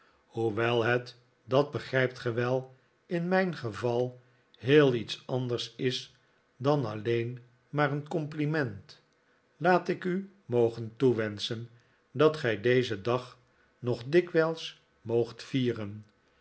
hoewel het dat begrijpt ge wel in mijn geval heel iets anders is dan alleen maar een compliment laat ik u mogen toewenschen dat gij dezen dag nog dikwijls moogt vieren